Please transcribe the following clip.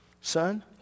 son